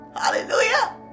hallelujah